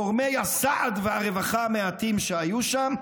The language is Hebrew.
גורמי הסעד והרווחה המעטים שהיו שם,